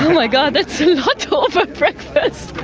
my god! that's a lot over breakfast!